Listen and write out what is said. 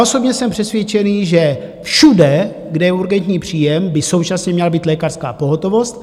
Osobně jsem přesvědčený, že všude, kde je urgentní příjem, by současně měla být lékařská pohotovost.